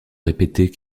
répétés